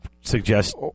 suggest